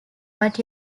what